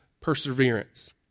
perseverance